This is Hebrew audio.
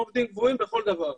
כמו עובדים קבועים לכל דבר.